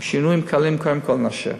עם שינויים קלים, קודם כול נאשר.